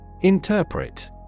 Interpret